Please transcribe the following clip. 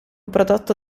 prodotto